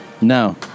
No